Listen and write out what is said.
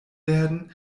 werden